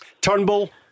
Turnbull